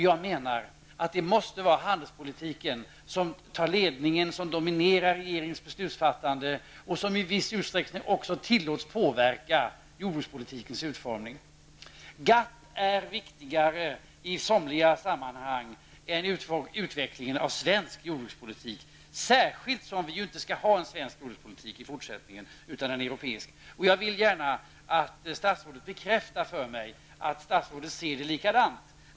Jag menar att det måste vara handelspolitiken som tar ledningen, som dominerar regeringens beslutsfattande och som i viss utsträckning tillåts påverka jordbrukspolitikens utformning. I somliga sammanhang är GATT viktigare än svensk jordbrukspolitiks utveckling, särskilt som vi i fortsättningen inte skall ha en sådan. Vi skall ju ha en europeisk jordbrukspolitik. Jag skulle vilja att statsrådet bekräftade att hon har samma syn på detta.